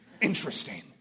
Interesting